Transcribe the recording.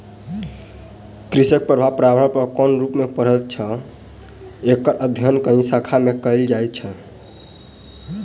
कृषिक प्रभाव पर्यावरण पर कोन रूप मे पड़ैत छै, एकर अध्ययन एहि शाखा मे कयल जाइत छै